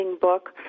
book